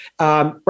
Right